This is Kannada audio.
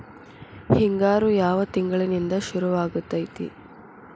ಹಿಂಗಾರು ಯಾವ ತಿಂಗಳಿನಿಂದ ಶುರುವಾಗತೈತಿ?